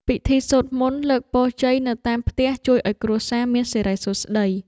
ពិធីសូត្រមន្តលើកពរជ័យនៅតាមផ្ទះជួយឱ្យគ្រួសារមានសិរីសួស្តី។